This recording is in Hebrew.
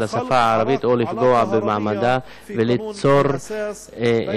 השפה הערבית או לפגוע במעמדה וליצור הייררכיה,